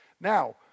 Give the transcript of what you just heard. Now